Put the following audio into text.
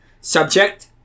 Subject